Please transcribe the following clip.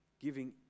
giving